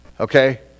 Okay